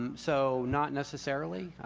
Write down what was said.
um so not necessarily.